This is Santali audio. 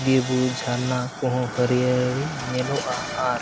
ᱵᱤᱨᱼᱵᱩᱨᱩ ᱡᱷᱟᱨᱱᱟ ᱠᱚᱦᱚᱸ ᱦᱟᱹᱨᱭᱟᱹᱲ ᱧᱮᱞᱚᱜᱼᱟ ᱟᱨ